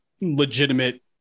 legitimate